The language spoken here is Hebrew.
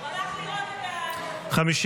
62 לחלופין לא נתקבלה.